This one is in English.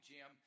Jim